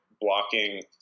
blocking